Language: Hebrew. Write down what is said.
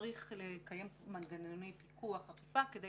צריך לקיים מנגנוני פיקוח ואכיפה כדי